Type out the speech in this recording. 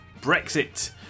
Brexit